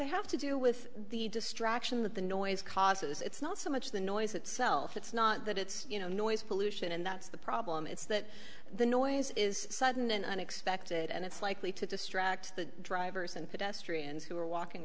they have to do with the distraction that the noise causes it's not so much the noise itself it's not that it's you know noise pollution and that's the problem it's that the noise is sudden and unexpected and it's likely to distract the drivers and pedestrians who are walking